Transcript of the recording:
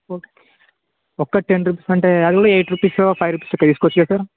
ఓక్ ఒకటి ten rupees అంటే అది కూడా ఎయిట్ రుపీసో ఫైవ్ రుపీస్కో తీసుకోవచ్చు కదా సార్